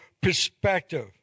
perspective